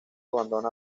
abandona